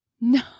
No